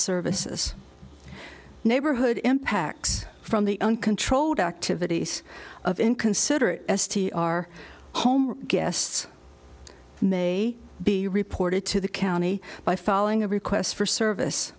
services neighborhood impacts from the uncontrolled activities of inconsiderate estie our home guests may be reported to the county by following a request for service